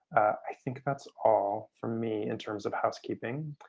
i think that's all from me in terms of housekeeping.